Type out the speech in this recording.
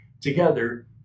together